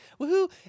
woohoo